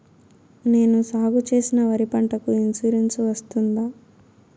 నేను సాగు చేసిన వరి పంటకు ఇన్సూరెన్సు వస్తుందా?